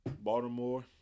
Baltimore